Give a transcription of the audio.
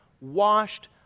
washed